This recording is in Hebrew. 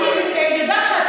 רגע,